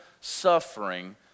suffering